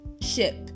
ship